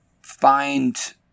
find